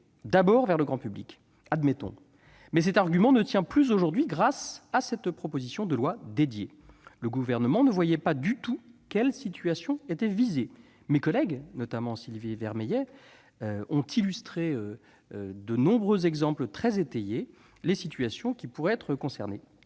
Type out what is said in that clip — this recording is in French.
tournée vers le grand public. Admettons ... Mais cet argument ne tient plus aujourd'hui grâce à cette proposition de loi dédiée. Ensuite, le Gouvernement ne voyait pas du tout quelles situations étaient visées. Mes collègues, notamment Sylvie Vermeillet, ont donc illustré par de nombreux exemples très étayés les situations concernées.